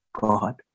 God